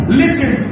listen